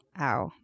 Ow